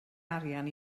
arian